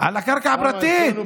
על הקרקע הפרטית.